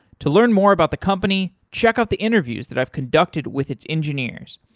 to learn more about the company, check out the interviews that i've conducted with its engineers.